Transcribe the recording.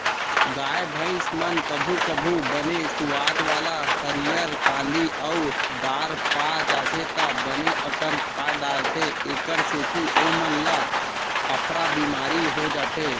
गाय भईंस मन कभू कभू बने सुवाद वाला हरियर कांदी अउ दार पा जाथें त बने अकन खा डारथें एकर सेती ओमन ल अफरा बिमारी हो जाथे